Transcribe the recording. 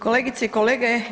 Kolegice i kolege.